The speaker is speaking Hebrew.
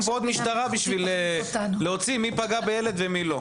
כאן עוד משטרה כדי להוציא מי פגע בילד ומי לא.